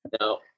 No